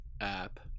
app